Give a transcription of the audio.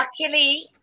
Luckily